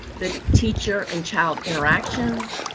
the teacher and child interactions,